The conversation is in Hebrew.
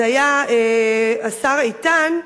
זה היה השר איתן,